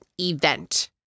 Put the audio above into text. event